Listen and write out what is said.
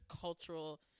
cultural